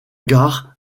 gare